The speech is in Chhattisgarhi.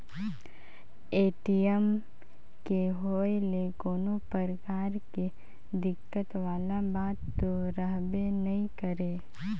ए.टी.एम के होए ले कोनो परकार के दिक्कत वाला बात तो रहबे नइ करे